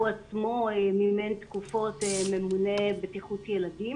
הוא עצמו מימן תקופות ממונה בטיחות ילדים.